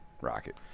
rocket